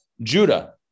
Judah